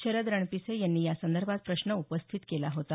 शरद रणपिसे यांनी यासंदर्भात प्रश्न उपस्थित केला होता